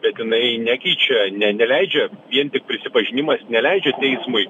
bet jinai nekeičia ne neleidžia vien tik prisipažinimas neleidžia teismui